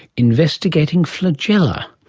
investigating flagella.